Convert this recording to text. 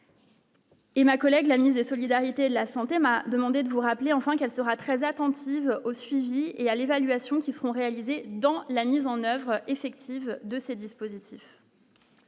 Et ma collègue, la ministre des solidarités, la santé, m'a demandé de vous rappeler enfin qu'elle sera très attentive au suivi et à l'évaluation qui seront réalisés dans la mise en oeuvre effective de ces dispositifs.